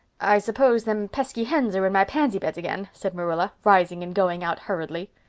i suppose them pesky hens are in my pansy bed again, said marilla, rising and going out hurriedly.